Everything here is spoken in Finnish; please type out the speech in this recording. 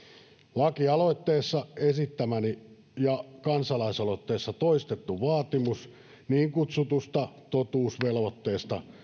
lakialoitteessa esittämäni ja kansalaisaloitteessa toistettu vaatimus niin kutsutusta totuusvelvoitteesta